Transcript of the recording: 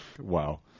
Wow